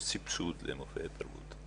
יש סבסוד למופעי תרבות.